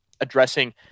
addressing